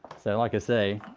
so, like i say,